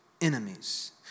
enemies